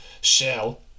Shell